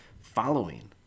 following